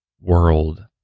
world